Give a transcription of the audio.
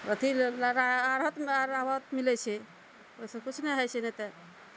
अथी आरतमे एराबत मिलै छै ओहि सऽ किछु नहि होइ छै नहि तऽ